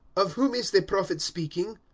of whom is the prophet speaking?